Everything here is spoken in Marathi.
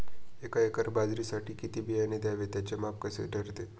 एका एकर बाजरीसाठी किती बियाणे घ्यावे? त्याचे माप कसे ठरते?